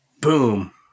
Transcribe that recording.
Boom